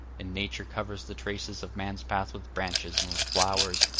and nature covers the traces of man's path with branches and with flowers,